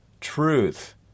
Truth